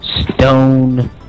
Stone